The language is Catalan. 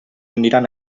aniran